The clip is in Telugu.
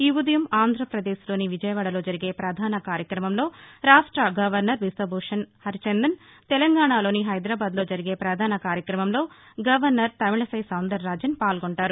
ఈ ఉదయం ఆంధ్రప్రదేశ్లోని విజయవాడలో జరిగే పధాన కార్యక్రమంలో రాష్ట గవర్నర్ బిశ్వభూషణ్ హరిచందన్ తెలంగాణాలోని హైదరాబాద్లో జరిగే ప్రధాన కార్యక్రమంలో గవర్నర్ తమికసై సౌందర్ రాజన్ పాల్గొంటారు